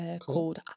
called